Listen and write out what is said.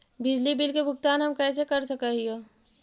बिजली बिल के भुगतान हम कैसे कर सक हिय?